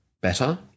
better